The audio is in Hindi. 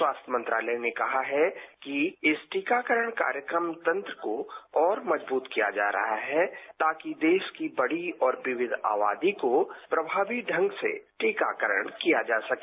स्वास्थ्य मंत्रालय ने कहा है कि इस टीकाकरण कार्यक्रम तंत्र को और मजबूत किया जा रहा है ताकि देश की बड़ी और विविध आबादी को प्रभावी ढ़ंग से टीकाकरण किया जा सके